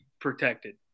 protected